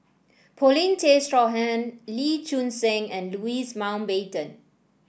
Paulin Tay Straughan Lee Choon Seng and Louis Mountbatten